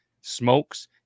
smokes